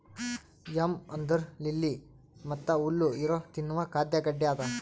M ಅಂದುರ್ lily ಮತ್ತ ಹುಲ್ಲು ಇರೊ ತಿನ್ನುವ ಖಾದ್ಯ ಗಡ್ಡೆ ಅದಾ